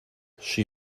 she